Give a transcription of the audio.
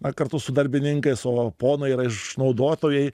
na kartu su darbininkais o ponai yra išnaudotojai